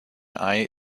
eye